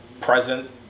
present